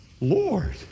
Lord